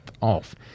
Off